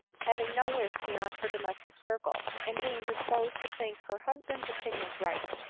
having no wish beyond her domestic circle, and being disposed to think her husband's opinions right,